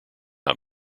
not